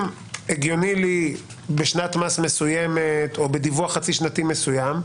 הגיוני לי בשנת מס מסוימת או בדיווח חצי שנתי מסוים,